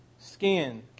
skin